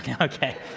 okay